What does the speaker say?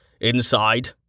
inside